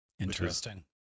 Interesting